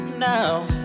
Now